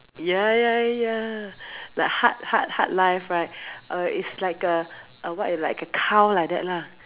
ya ya ya like hard hard hard life right err is like a what is like a cow like that lah